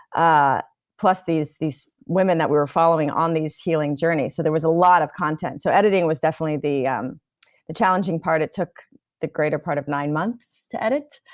ah plus these these women that we were following on these healing journeys, so there was a lot of content so editing was definitely the um the challenging part. it took the greater part of nine months to edit,